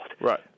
Right